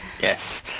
Yes